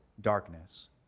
darkness